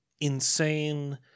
insane